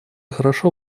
хорошо